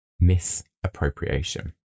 Misappropriation